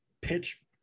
pitch